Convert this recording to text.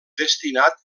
destinat